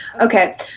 Okay